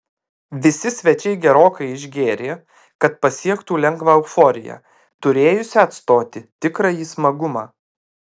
visi svečiai gerokai išgėrė kad pasiektų lengvą euforiją turėjusią atstoti tikrąjį smagumą